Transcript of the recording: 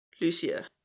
lucia